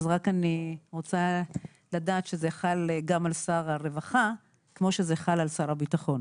אז רק אני רוצה לדעת שזה חל גם על שר הרווחה כמו שזה חל על שר הביטחון.